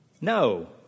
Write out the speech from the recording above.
No